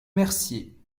mercier